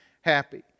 happy